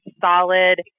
solid